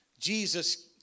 Jesus